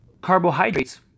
Carbohydrates